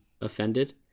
offended